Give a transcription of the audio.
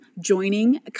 joining